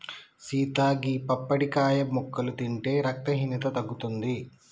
సీత గీ పప్పడికాయ ముక్కలు తింటే రక్తహీనత తగ్గుతుంది